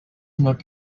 not